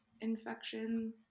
infection